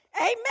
Amen